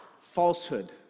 Falsehood